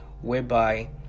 whereby